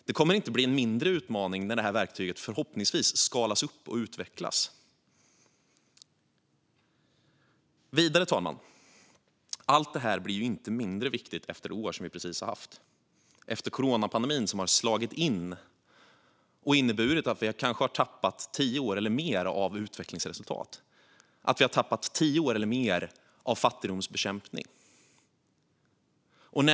Det kommer inte att bli en mindre utmaning när verktyget förhoppningsvis skalas upp och utvecklas. Vidare, fru talman, blir allt detta inte mindre viktigt efter det år som vi precis har haft, efter coronapandemin som har slagit in och inneburit att vi har tappat kanske tio år eller mer av utvecklingsresultat och fattigdomsbekämpning.